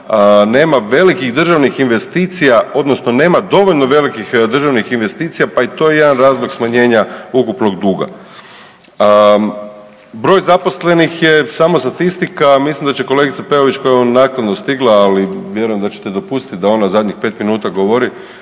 nema velikih državnih investicija odnosno nema dovoljno velikih državnih investicija, pa je i to jedan razlog smanjenja ukupnog duga. Broj zaposlenih je samo statistika, mislim da će kolegica Peović koja ja evo naknadno stigla, ali vjerujem da ćete dopustit da ona zadnjih 5 minuta govori,